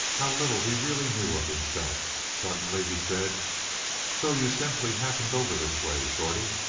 how little he really knew of himself. suddenly he said so you simply happened over this way, shorty?